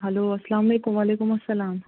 hello اَسَلام علیکُم وَعلیکُم اَسَلام